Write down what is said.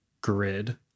grid